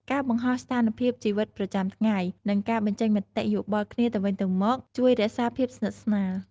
ការបង្ហោះស្ថានភាពជីវិតប្រចាំថ្ងៃ និងការបញ្ចេញមតិយោបល់គ្នាទៅវិញទៅមក ជួយរក្សាភាពស្និទ្ធស្នាល។